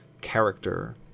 character